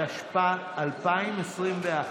התשפ"א 2021,